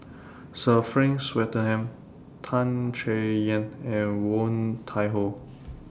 Sir Frank Swettenham Tan Chay Yan and Woon Tai Ho